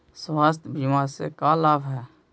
स्वास्थ्य बीमा से का लाभ है?